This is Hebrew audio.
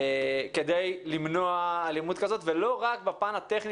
כדי למנוע אלימות כזאת ולא רק בפן הטכני